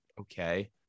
okay